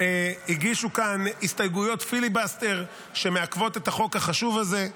הגישו כאן הסתייגויות פיליבסטר שמעכבות את החוק החשוב הזה,